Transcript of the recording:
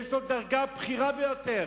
ויש לו דרגה בכירה ביותר,